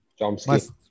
Chomsky